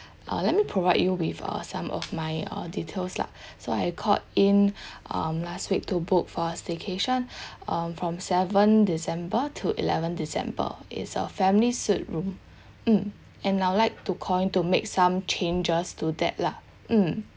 uh let me provide you with uh some of my uh details lah so I called in um last week to book for a staycation um from seven december to eleven december is a family suite room mm and I would like to call in to make some changes to that lah mm